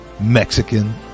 Mexican